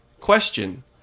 Question